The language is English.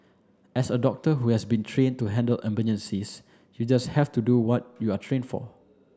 as a doctor who has been trained to handle emergencies you just have to do what you are trained for